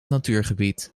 natuurgebied